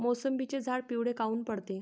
मोसंबीचे झाडं पिवळे काऊन पडते?